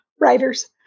writers